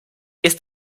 ist